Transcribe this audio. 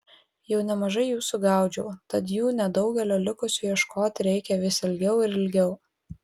jau nemažai jų sugaudžiau tad tų nedaugelio likusių ieškoti reikia vis ilgiau ir ilgiau